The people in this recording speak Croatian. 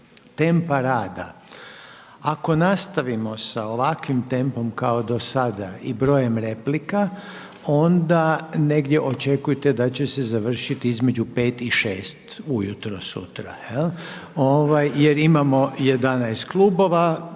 tempa rada, ako nastavimo sa ovakvim tempom kao do sada i brojem replika onda negdje očekujte da će se završiti između pet i šest ujutro sutra, jel imamo 11 klubova.